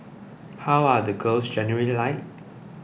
how are the girls generally like